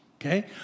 Okay